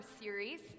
series